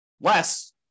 Less